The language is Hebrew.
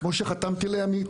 כמו שחתמתי לעמית.